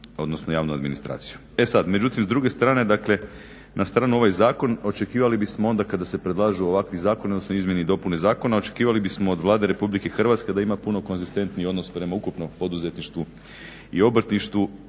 odnosno javnu administraciju. E sada, međutim s druge strane dakle na stranu ovaj zakon očekivali bismo onda kada se predlažu ovakvi zakoni odnosno izmjene i dopune zakona očekivali bismo od Vlade RH da ima puno konzistentniji odnos prema ukupnom poduzetništvu i obrtništvu